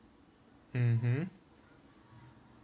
mmhmm